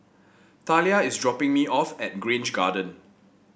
Thalia is dropping me off at Grange Garden